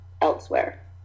elsewhere